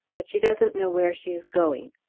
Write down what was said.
but she doesn't know where she is going.